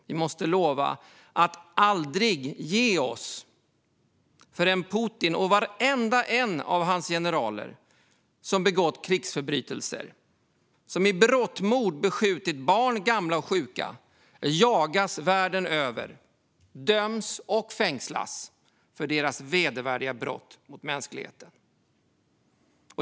Vi måste lova att aldrig ge oss förrän Putin och varenda en av hans generaler som har begått krigsförbrytelser och med berått mod har beskjutit barn, gamla och sjuka jagas världen över, döms och fängslas för sina vedervärdiga brott mot mänskligheten.